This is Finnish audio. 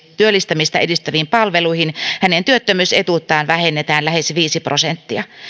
työllistymistä edistäviin palveluihin hänen työttömyysetuuttaan vähennetään lähes viisi prosenttia